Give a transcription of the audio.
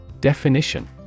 Definition